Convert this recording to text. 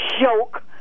joke